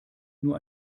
nur